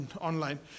online